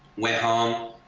went home,